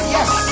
Yes